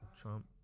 Trump